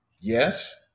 yes